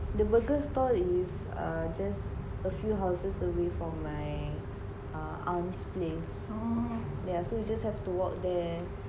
the burger stall is err just a few houses away from my aunt's place yeah so just have to walk there